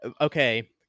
okay